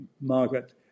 Margaret